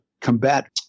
combat